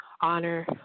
honor